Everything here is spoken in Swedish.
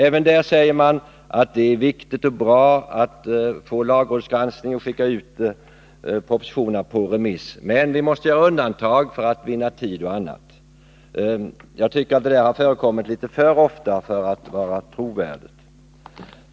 Även där säger man att det är viktigt och bra med lagrådsgranskning och att sända ut propositionerna på remiss, men att man måste göra undantag för att vinna tid och annat. Jag tycker att detta förfarande har förekommit litet för ofta för att vara trovärdigt.